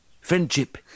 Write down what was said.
friendship